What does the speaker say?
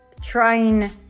trying